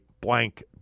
blank